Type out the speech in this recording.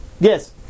Yes